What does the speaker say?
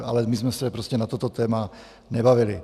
Ale my jsme se prostě na toto téma nebavili.